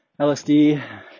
lsd